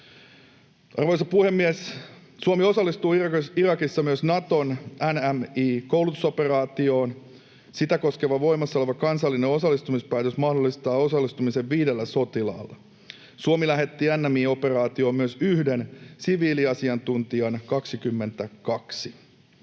Arvoisa puhemies! Suomi osallistuu Irakissa myös Naton NMI-koulutusoperaatioon. Sitä koskeva voimassa oleva kansallinen osallistumispäätös mahdollistaa osallistumisen viidellä sotilaalla. Suomi lähetti NMI-operaatioon myös yhden siviiliasiantuntijan